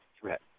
threat